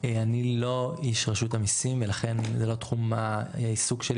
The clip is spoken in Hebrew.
אני לא איש רשות המיסים ולכן זה לא תחום העיסוק שלי